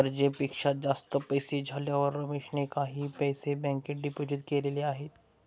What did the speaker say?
गरजेपेक्षा जास्त पैसे झाल्यावर रमेशने काही पैसे बँकेत डिपोजित केलेले आहेत